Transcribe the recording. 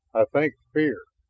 i think fear.